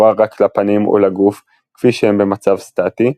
רק לפנים או לגוף כפי שהם במצב סטטי,